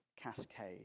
cascade